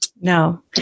No